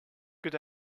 good